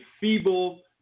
feeble